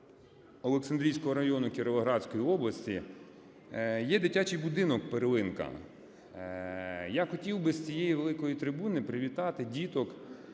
Олександрійського району Кіровоградського області є дитячий будинок "Перлинка". Я хотів би з цієї великої трибуни привітати діток,